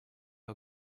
how